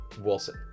Wilson